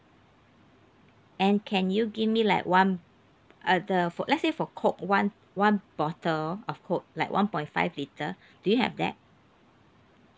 and can you give me like one uh the for let's say for coke one one bottle of coke like one point five litre do you have that